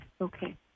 Okay